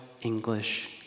English